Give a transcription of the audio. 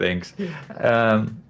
thanks